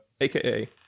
aka